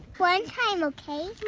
one time okay?